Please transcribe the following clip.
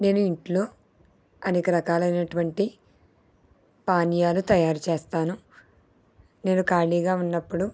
నేను ఇంట్లో అనేక రకాలైనటువంటి పానీయాలు తయారు చేస్తాను నేను ఖాళీగా ఉన్నప్పుడు